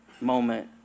moment